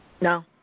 No